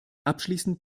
abschließend